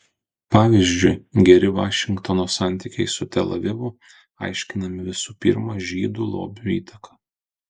pavyzdžiui geri vašingtono santykiai su tel avivu aiškinami visų pirma žydų lobių įtaka